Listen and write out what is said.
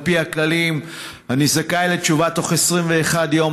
על פי הכללים אני זכאי לתשובה בתוך 21 יום.